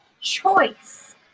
choice